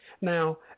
Now